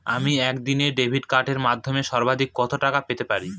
আমি একদিনে ডেবিট কার্ডের মাধ্যমে সর্বাধিক কত টাকা পেতে পারি?